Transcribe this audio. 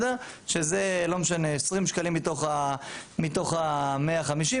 שזה 20 שקלים מתוך ה-150,